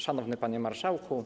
Szanowny Panie Marszałku!